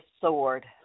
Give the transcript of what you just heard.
sword